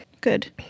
Good